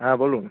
হ্যাঁ বলুন